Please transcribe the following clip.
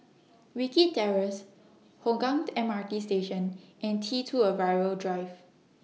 Wilkie Terrace Hougang M R T Station and T two Arrival Drive